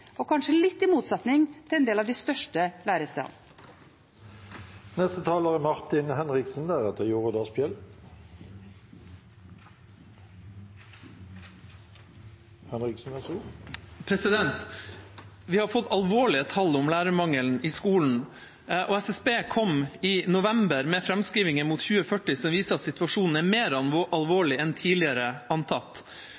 kanskje litt i motsetning til en del av de største lærestedene. Vi har fått alvorlige tall om lærermangelen i skolen. SSB kom i november med framskrivinger mot 2040 som viser at situasjonen er mer